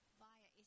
via